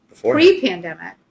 pre-pandemic